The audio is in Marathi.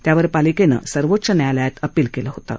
त्यावर पालिकेनं सर्वोच्च न्यायालयात अपिल केलं होतं